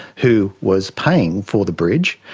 who was paying for the bridge,